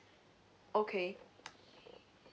okay